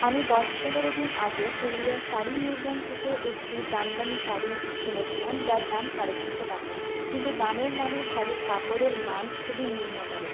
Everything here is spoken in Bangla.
আমি দশ পনেরো দিন আগে পুরুলিয়ার শাড়ি মিউজিয়াম থেকে একটি জামদানি শাড়ি কিনেছিলাম যার দাম সাড়ে তিনশো টাকা কিন্তু দামের মানে শাড়ির কাপড়ের মান খুবই নিম্নতর